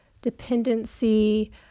dependency